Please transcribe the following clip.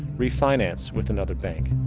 refinance with another bank.